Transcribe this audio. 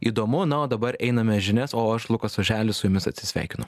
įdomu na o dabar einame žinias o aš lukas oželis su jumis atsisveikinu